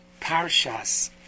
Parshas